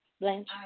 Blanche